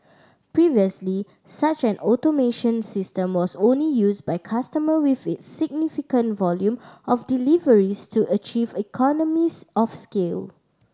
previously such an automation system was only used by customer with significant volume of deliveries to achieve economies of scale